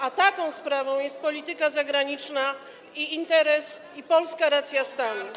A taką sprawą jest polityka zagraniczna i interes, i polska racja stanu.